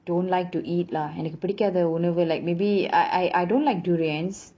don't like to eat lah எனக்கு பிடிக்காத உணவு:enaku pidikkatha unavu like maybe I I don't like durians